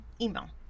email